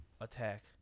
attack